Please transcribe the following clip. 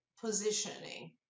positioning